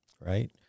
Right